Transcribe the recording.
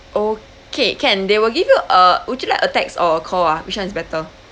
okay can they will give you a would you like a text or a call ah which one is better